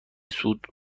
صعود